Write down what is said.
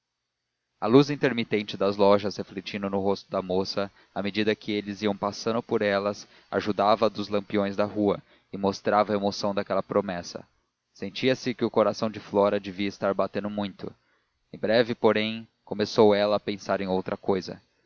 a luz intermitente das lojas refletindo no rosto da moça à medida que eles iam passando por elas ajudava a dos lampiões da rua e mostrava a emoção daquela promessa sentia-se que o coração de flora devia estar batendo muito em breve porém começou ela a pensar em outra cousa